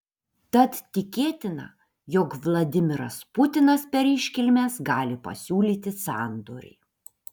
tad tikėtina jog vladimiras putinas per iškilmes gali pasiūlyti sandorį